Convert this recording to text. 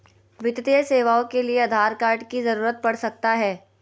वित्तीय सेवाओं के लिए आधार कार्ड की जरूरत पड़ सकता है?